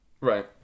Right